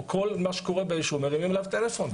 כל מה שקורה ביישוב מרימים אליו טלפון.